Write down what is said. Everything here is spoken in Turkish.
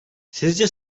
sizce